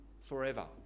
forever